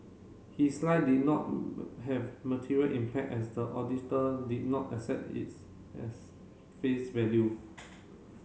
his lie did not have material impact as the auditor did not accept is as face value